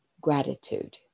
gratitude